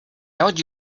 out